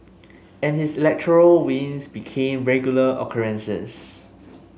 and his electoral wins became regular occurrences